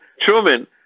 Truman